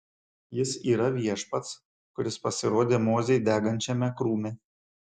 jis yra viešpats kuris pasirodė mozei degančiame krūme